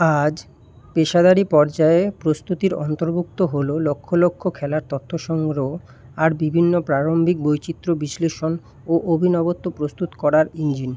আজ পেশাদারী পর্যায়ে প্রস্তুতির অন্তর্ভুক্ত হলো লক্ষ লক্ষ খেলার তথ্য সংগ্রহ আর বিভিন্ন প্রারম্ভিক বৈচিত্র্য বিশ্লেষণ ও অভিনবত্ব প্রস্তুত করার ইঞ্জিন